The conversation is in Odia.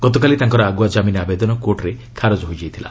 ଗତକାଲି ତାଙ୍କର ଆଗୁଆ ଜାମିନ୍ ଆବେଦନ କୋର୍ଟରେ ଖାରଜ ହୋଇଯାଇଥିଲା